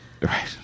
Right